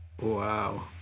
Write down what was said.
Wow